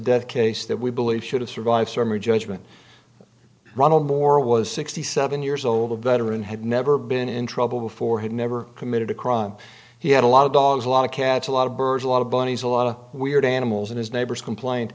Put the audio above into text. death case that we believe should have survived summary judgment ronald moore was sixty seven years old a veteran had never been in trouble before he never committed a crime he had a lot of dogs a lot of cats a lot of birds a lot of bunnies a lot of weird animals in his neighbors complain